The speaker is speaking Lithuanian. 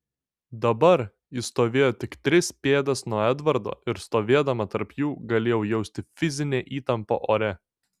dabar jis stovėjo tik tris pėdas nuo edvardo ir stovėdama tarp jų galėjau jausti fizinę įtampą ore